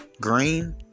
green